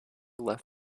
left